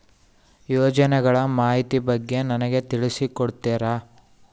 ಯೋಜನೆಗಳ ಮಾಹಿತಿ ಬಗ್ಗೆ ನನಗೆ ತಿಳಿಸಿ ಕೊಡ್ತೇರಾ?